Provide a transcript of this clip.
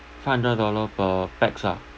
five hundred dollar per pax ah